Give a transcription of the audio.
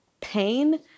pain